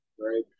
right